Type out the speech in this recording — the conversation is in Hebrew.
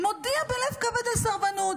"מודיע בלב כבד על סרבנות.